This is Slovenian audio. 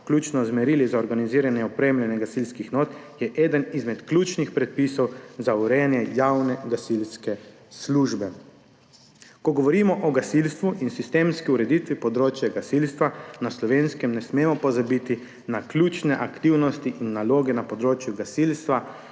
vključno z merili za organiziranje in opremljanje gasilskih enot, eden izmed ključnih predpisov za urejanje javne gasilske službe. Ko govorimo o gasilstvu in sistemski ureditvi področja gasilstva na Slovenskem, ne smemo pozabiti na ključne aktivnosti in naloge na področju gasilstva